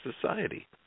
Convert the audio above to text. society